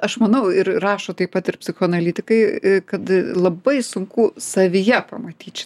aš manau ir rašo taip pat ir psichoanalitikai kad labai sunku savyje pamatyt šitą